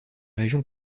régions